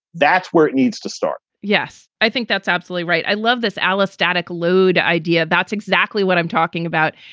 that's where it needs to start yes, i think that's absolutely right. i love this allostatic lood idea. that's exactly what i'm talking about.